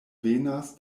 venas